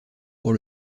pour